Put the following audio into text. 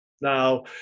Now